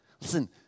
Listen